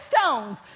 stones